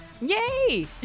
Yay